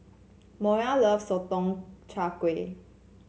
Moriah loves Sotong Char Kway